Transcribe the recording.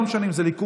לא משנה אם זה ליכוד,